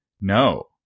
No